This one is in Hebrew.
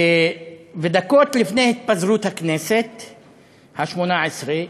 ודקות לפני התפזרות הכנסת השמונה-עשרה.